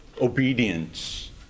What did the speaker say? obedience